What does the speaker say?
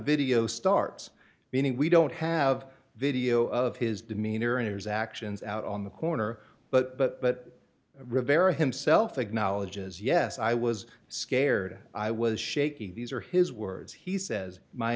video starts meaning we don't have video of his demeanor and his actions out on the corner but rivera himself acknowledges yes i was scared i was shaking these are his words he says my